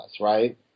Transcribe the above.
right